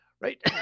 right